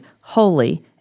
holy